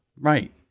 Right